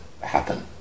happen